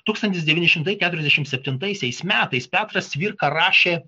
tūkstantis devyni šimtai keturiasdešimt septintaisiais metais petras cvirka rašė